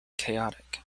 chaotic